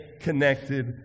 connected